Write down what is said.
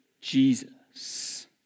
Jesus